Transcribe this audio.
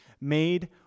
made